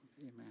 amen